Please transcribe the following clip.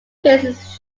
faces